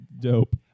Dope